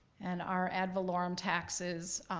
and our ad valorem taxes,